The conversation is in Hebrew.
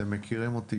אתם מכירים אותי,